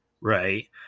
right